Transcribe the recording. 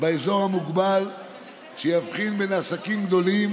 באזור המוגבל שיבחין בין עסקים גדולים